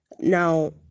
now